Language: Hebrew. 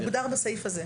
זה מוגדר בסעיף הזה.